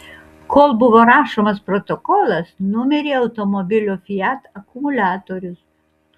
kol buvo rašomas protokolas numirė automobilio fiat akumuliatorius